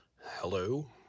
hello